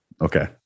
Okay